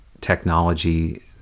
technology